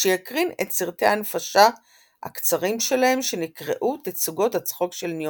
שיקרין את סרטי ההנפשה הקצרים שלהם שנקראו "תצוגות הצחוק של ניומן".